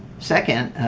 second,